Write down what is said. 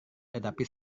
tetapi